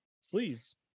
Sleeves